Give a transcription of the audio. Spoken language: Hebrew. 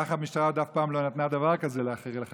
ככה המשטרה עוד אף פעם לא נתנה דבר כזה לחרדים,